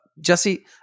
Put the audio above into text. Jesse